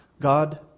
God